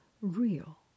real